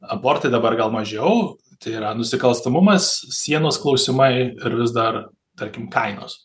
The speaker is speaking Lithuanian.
abortai dabar gal mažiau tai yra nusikalstamumas sienos klausimai ir vis dar tarkim kainos